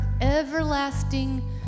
everlasting